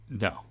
No